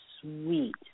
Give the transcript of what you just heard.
sweet